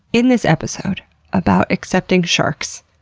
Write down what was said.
in this episode about accepting sharks,